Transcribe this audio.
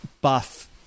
buff